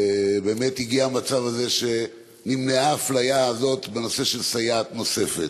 באמת הגיע המצב הזה שנמנעה האפליה הזאת בנושא של סייעת נוספת.